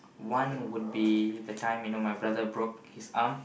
one would be the time you know my brother broke his arm